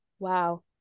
wow